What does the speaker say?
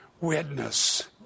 witness